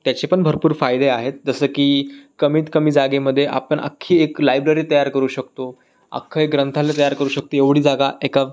त्याचे पण भरपूर फायदे आहेत जसं की कमीत कमी जागेमध्ये आपण अख्खी एक लायब्ररी तयार करू शकतो अख्खं एक ग्रंथालय तयार करू शकतो एवढी जागा एका